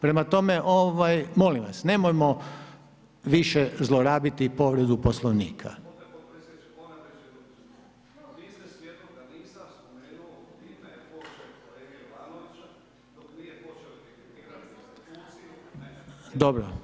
Prema tome, molim vas nemojmo više zlorabiti povredu Poslovnika. … [[Upadica se ne razumije.]] Dobro.